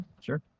sure